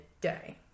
day